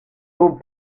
eaux